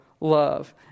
love